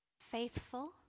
Faithful